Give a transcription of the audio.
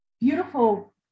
beautiful